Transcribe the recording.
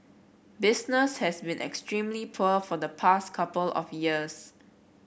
business has been extremely poor for the past couple of years